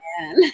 man